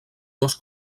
dos